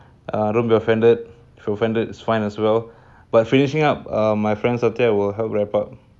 err don't be offended if you're offended it's fine as well but finishing up uh my friend sateer will help wrap it up